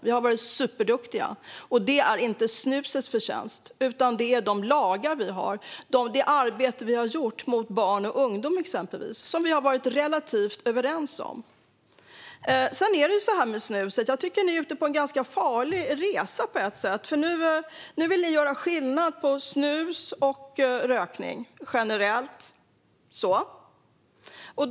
Vi har varit superduktiga, och det är inte snusets förtjänst, utan det är tack vare de lagar vi har och det arbete vi har riktat mot exempelvis barn och ungdomar och som vi har varit relativt överens om. Jag tycker att ni är ute på en ganska farlig resa. Nu vill ni göra skillnad på snus och rökning generellt sett.